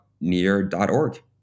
near.org